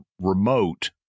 remote